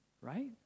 right